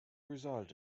result